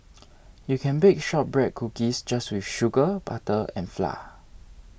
you can bake Shortbread Cookies just with sugar butter and flour